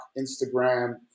Instagram